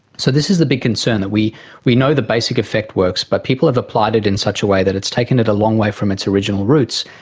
so this is the big concern, that we we know the basic effect works but people have applied it in such a way that it's taken it a long way from its original roots.